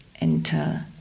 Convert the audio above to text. enter